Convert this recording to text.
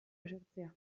esertzea